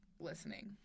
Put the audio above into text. listening